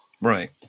Right